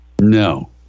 No